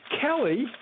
Kelly